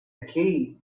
ذكي